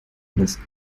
lässt